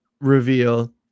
reveal